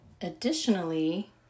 additionally